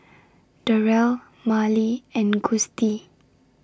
Darell Marlee and Gustie